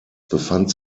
befand